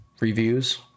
reviews